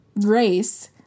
race